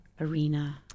Arena